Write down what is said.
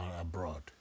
abroad